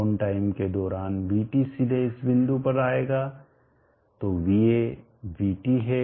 on time के दौरान vt सीधे इस बिंदु पर आएगा तो va vt है